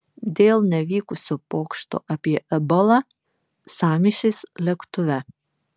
dėl nevykusio pokšto apie ebolą sąmyšis lėktuve